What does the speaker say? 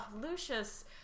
Lucius